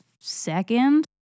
second